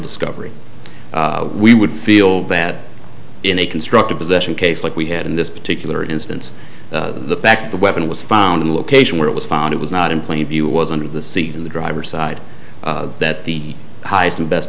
discovery we would feel bad in a constructive possession case like we had in this particular instance the fact the weapon was found in a location where it was found it was not in plain view was under the seat of the driver side that the highest and best